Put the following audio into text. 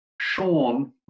Sean